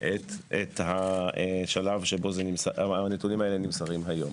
את השלב שבו הנתונים האלה נמסרים היום.